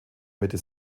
mitte